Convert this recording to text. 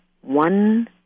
one